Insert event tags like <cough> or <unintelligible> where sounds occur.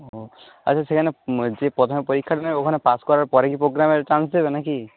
ও আচ্ছা সেখানে যে প্রথমে পরীক্ষা <unintelligible> ওখানে পাশ করার পরে কি প্রোগ্রামে চান্স দেবে না কি